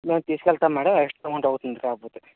నేను తీసుకెళతాను madam extra amount అవుతుంది కాకపోతే